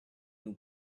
nous